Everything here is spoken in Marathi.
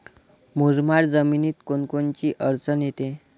मुरमाड जमीनीत कोनकोनची अडचन येते?